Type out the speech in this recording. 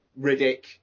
Riddick